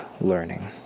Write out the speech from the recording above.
learning